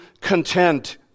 content